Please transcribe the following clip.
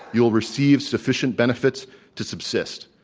you will receive sufficient benefits to subsist,